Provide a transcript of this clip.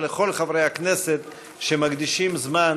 ולכל חברי הכנסת שמקדישים זמן